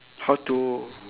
how to